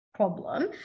problem